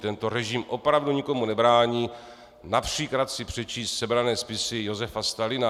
Tento režim opravdu nikomu nebrání například si přečíst sebrané spisy Josifa Stalina.